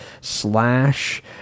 Slash